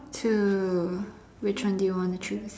true which one do you want to choose